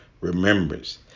remembrance